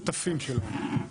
שותפים שלהם.